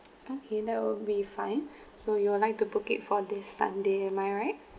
okay that will be fine so you would like to book it for this sunday am I right